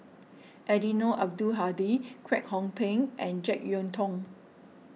Eddino Abdul Hadi Kwek Hong Png and Jek Yeun Thong